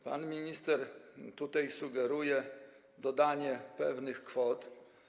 Pan minister tutaj sugeruje dodanie pewnych kwot.